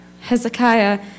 Hezekiah